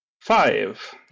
Five